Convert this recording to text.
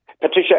Patricia